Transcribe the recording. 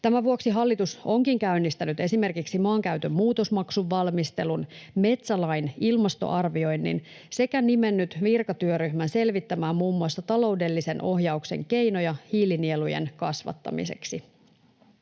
Tämän vuoksi hallitus onkin käynnistänyt esimerkiksi maankäytön muutosmaksun valmistelun, metsälain ilmastoarvioinnin sekä nimennyt virkatyöryhmän selvittämään muun muassa taloudellisen ohjauksen keinoja hiilinielujen kasvattamiseksi.